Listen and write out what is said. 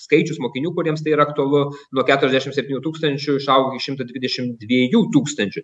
skaičius mokinių kuriems tai yra aktualu nuo keturiasdešim septynių tūkstančių išaugo iki šimto dvidešim dviejų tūkstančių